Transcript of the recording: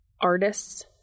artists